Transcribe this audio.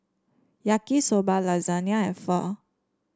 Yaki Soba Lasagna and Pho